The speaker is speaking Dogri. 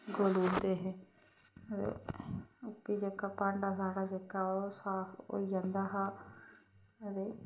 घोली ओड़दे हे ते ओह्का जेह्का भांडा साढ़ा जेह्का ओह् साफ होई जंदा हा ते